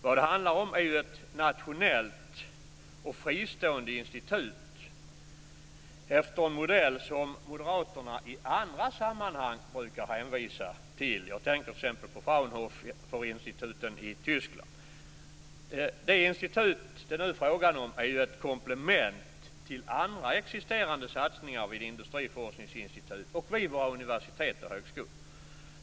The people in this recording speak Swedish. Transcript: Vad det handlar om är ju ett nationellt och fristående institut efter en modell som moderaterna i andra sammanhang brukar hänvisa till. Jag tänker t.ex. på Frauenhoferinstituten i Tyskland. Det institut som det nu är fråga om är ett komplement till andra existerande satsningar vid industriforskningsinstitut och vid universitet och högskolor.